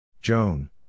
Joan